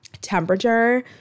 temperature